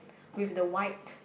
with the white